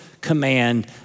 command